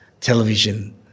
television